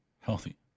healthy